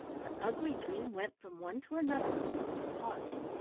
the ugly dream went from one to another of these, pausing,